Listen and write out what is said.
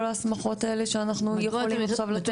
ההסמכות האלה שאנחנו יכולים עכשיו לתת?